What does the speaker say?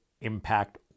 impact